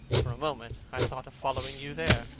for a moment i thought of following you there.